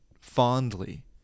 fondly